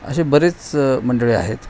अशी बरेच मंडळी आहेत